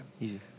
Easy